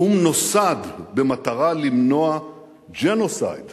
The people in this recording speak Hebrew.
האו"ם נוסד במטרה למנוע ג'נוסייד